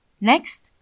Next